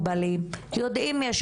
לפעול מהר מאוד.